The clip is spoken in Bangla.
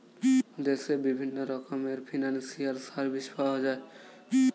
দেশে বিভিন্ন রকমের ফিনান্সিয়াল সার্ভিস পাওয়া যায়